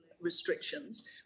restrictions